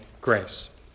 grace